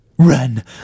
Run